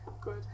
Good